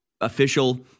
official